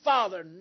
Father